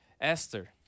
Esther